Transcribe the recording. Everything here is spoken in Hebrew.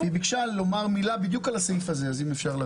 היא ביקשה לומר מילה בדיוק עלה הסעיף הזה.